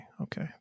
Okay